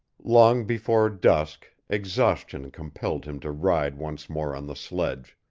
long before dusk exhaustion compelled him to ride once more on the sledge.